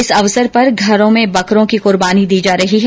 इस अवसर पर घरों में बकरों की कूर्बानी दी जा रही है